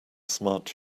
smart